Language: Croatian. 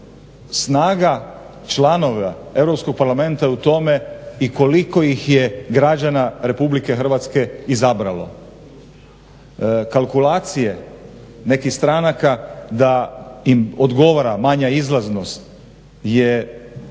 parlamenta je u tome i koliko ih je građana RH izabralo. Kalkulacije nekih stranaka da im odgovara manja izlaznost je pogrešna